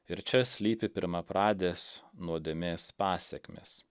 ir čia slypi pirmapradės nuodėmės pasekmės